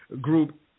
group